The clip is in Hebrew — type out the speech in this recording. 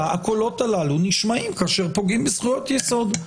הקולות הללו נשמעים כאשר פוגעים בזכויות יסוד.